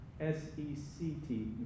S-E-C-T